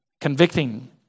convicting